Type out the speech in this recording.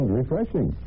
refreshing